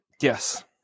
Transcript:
Yes